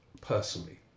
personally